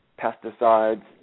pesticides